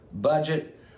budget